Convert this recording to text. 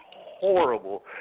horrible